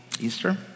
Easter